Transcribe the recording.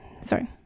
sorry